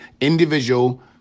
individual